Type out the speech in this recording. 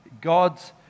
God's